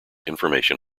information